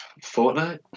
Fortnite